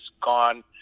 gone